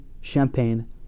Champagne